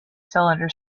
cylinder